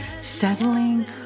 Settling